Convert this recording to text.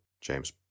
James